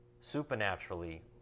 supernaturally